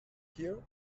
here